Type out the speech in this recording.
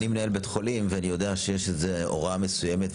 אני מנהל בית חולים ואני יודע שיש איזושהי הוראה מסוימת.